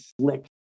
slick